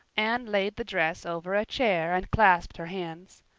anne laid the dress over a chair and clasped her hands.